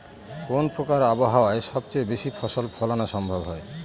কোন প্রকার আবহাওয়ায় সবচেয়ে বেশি ফসল ফলানো সম্ভব হয়?